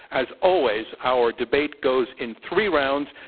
as always, our debate goes in three rounds,